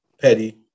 petty